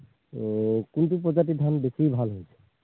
কোনটো প্ৰজাতিৰ ধান বেছি ভাল হৈছে